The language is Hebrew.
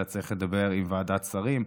אלא צריך לדבר עם ועדת שרים,